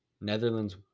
netherlands